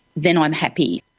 then i'm happy.